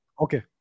Okay